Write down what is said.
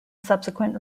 subsequent